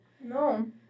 No